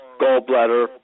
gallbladder